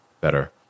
better